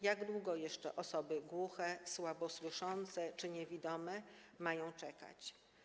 Jak długo jeszcze osoby głuche, słabosłyszące czy niewidome mają czekać?